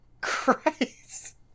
Christ